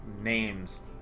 names